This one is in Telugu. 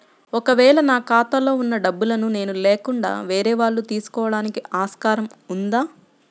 ఒక వేళ నా ఖాతాలో వున్న డబ్బులను నేను లేకుండా వేరే వాళ్ళు తీసుకోవడానికి ఆస్కారం ఉందా?